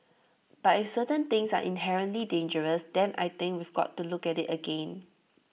but if certain things are inherently dangerous then I think we have got to look at IT again